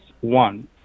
one